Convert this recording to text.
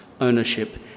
ownership